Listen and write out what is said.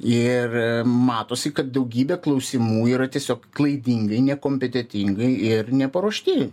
ir matosi kad daugybė klausimų yra tiesiog klaidingai nekompetentingai ir neparuošti